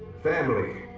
family,